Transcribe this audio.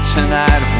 Tonight